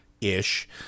ish